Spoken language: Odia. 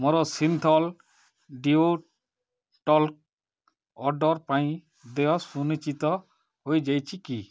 ମୋର ସିନ୍ଥଲ ଡିଓ ଟଲ୍କ୍ ଅର୍ଡ଼ର୍ ପାଇଁ ଦେୟ ସୁନିଶ୍ଚିତ ହୋଇଯାଇଛି କି